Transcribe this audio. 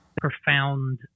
profound